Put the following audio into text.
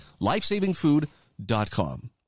Lifesavingfood.com